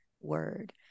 word